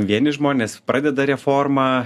vieni žmonės pradeda reformą